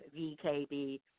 vkb